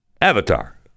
Avatar